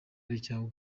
w’igisirikare